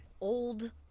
old